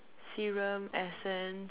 serum essence